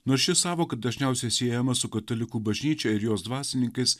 nors ši sąvoka dažniausiai siejama su katalikų bažnyčia ir jos dvasininkais